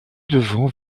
devant